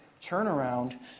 turnaround